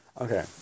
okay